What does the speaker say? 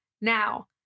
Now